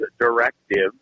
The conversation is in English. directive